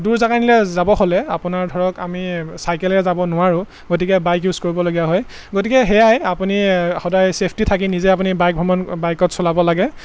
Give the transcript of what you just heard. দূৰ জেগা নিলে যাব হ'লে আপোনাৰ ধৰক আমি চাইকেলেৰে যাব নোৱাৰোঁ গতিকে বাইক ইউজ কৰিবলগীয়া হয় গতিকে সেয়াই আপুনি সদায় চেফটি থাকি নিজে আপুনি বাইক ভ্ৰমণ বাইকত চলাব লাগে